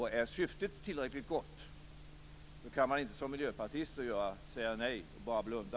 Är syftet tillräckligt gott kan man inte som miljöpartist säga nej och bara blunda.